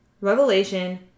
Revelation